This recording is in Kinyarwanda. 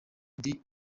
ndi